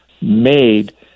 made